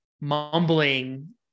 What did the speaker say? mumbling